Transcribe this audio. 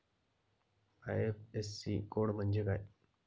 IFSC code म्हणजे काय?